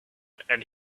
and